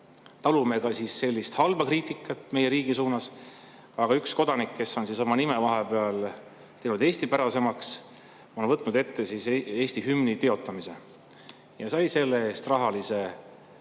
talume ka halba kriitikat meie riigi pihta, aga üks kodanik, kes on oma nime vahepeal teinud eestipärasemaks, on võtnud ette Eesti hümni teotamise ja sai selle eest rahalise